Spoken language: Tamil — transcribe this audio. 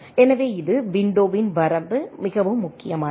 எனவே இது விண்டோவின் வரம்பு மிகவும் முக்கியமானது